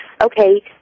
okay